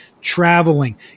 traveling